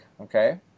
okay